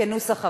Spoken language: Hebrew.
כנוסח הוועדה.